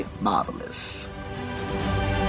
marvelous